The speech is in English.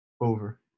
Over